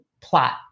plot